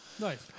Nice